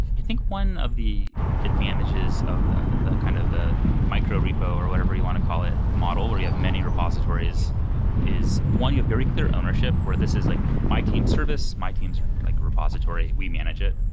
i think one of the advantages of the the kind of the micro repo or whatever you want to call it model where you have many repositories is, one, you have very clear ownership where this is like my team service, my team so like repository. we manage it.